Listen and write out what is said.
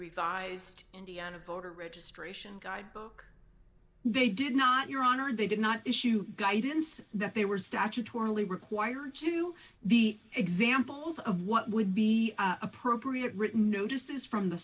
revised indiana voter registration guide book they did not your honor they did not issue guidance that they were statutorily required to the examples of what would be appropriate written notices from the